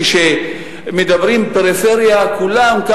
כשמדברים על פריפריה כולם,